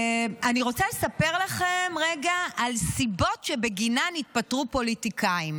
אני רוצה לספר לכם רגע על סיבות שבגינן התפטרו פוליטיקאים.